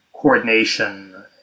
coordination